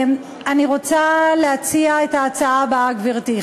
אני רוצה להציע את ההצעה הבאה, גברתי.